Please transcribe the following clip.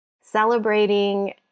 celebrating